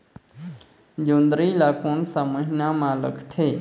जोंदरी ला कोन सा महीन मां लगथे?